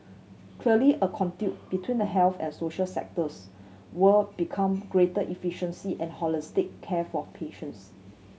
clearly a conduit between the health and social sectors would become greater efficiency and holistic care for patients